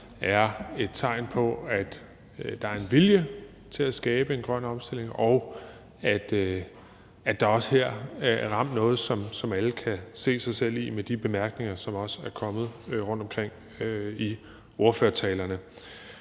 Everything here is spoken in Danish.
er et tegn på, at der er en vilje til at skabe en grøn omstilling, og at der også her er ramt noget, som alle kan se sig selv i – det viste sig også med de bemærkninger, der kom rundtomkring i ordførertalerne.